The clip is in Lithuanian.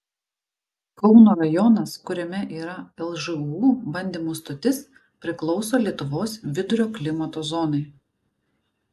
kauno rajonas kuriame yra lžūu bandymų stotis priklauso lietuvos vidurio klimato zonai